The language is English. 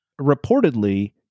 reportedly